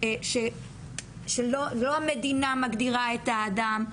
לא המדינה מגדירה את האדם.